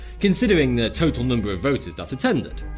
considering the total number of voters that attended.